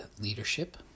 leadership